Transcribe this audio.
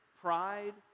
pride